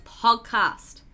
podcast